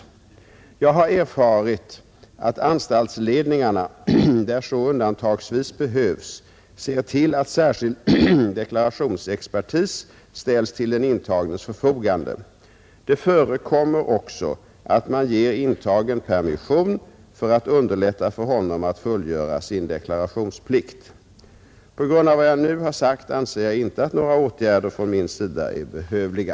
Jag har erfarit att anstaltsledningarna, där så undantagsvis behövs, ser till att särskild deklarationsexpertis ställs till den intagnes förfogande. Det förekommer också att man ger intagen permission för att underlätta för honom att fullgöra sin deklarationsplikt. På grund av vad jag nu har sagt anser jag inte att några åtgärder från min sida är behövliga.